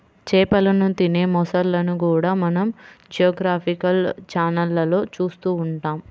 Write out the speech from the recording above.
చేపలను తినే మొసళ్ళను కూడా మనం జియోగ్రాఫికల్ ఛానళ్లలో చూస్తూ ఉంటాం